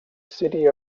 city